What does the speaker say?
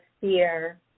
fear